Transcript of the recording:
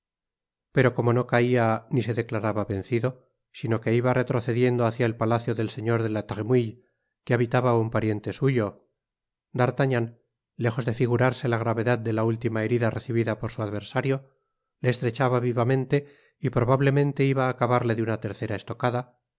pero pomo no caia ni se declaraba vencido sino que iba retrocediendo hácia el palacio del señor de la tremouille que habitaba un pariente suyo d'artagnan lejos de figurarse la gravedad de la última herida recibida por su adversario le estrechaba vivamente y probablemente iba á acabarle de una tercera estocada